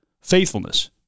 faithfulness